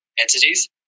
entities